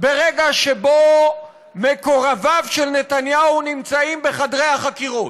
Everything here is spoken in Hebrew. ברגע שבו מקורביו של נתניהו נמצאים בחדרי החקירות.